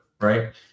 right